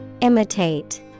Imitate